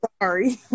Sorry